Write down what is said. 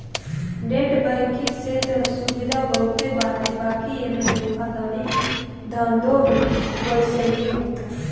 net banking से सुविधा त बहुते बाटे बाकी एमे धोखाधड़ी के धंधो भी बेसिये होता